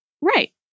Right